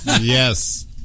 Yes